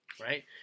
right